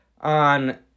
on